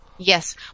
Yes